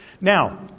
Now